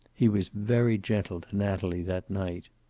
he was very gentle to natalie that night.